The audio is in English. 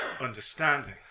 understanding